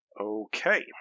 okay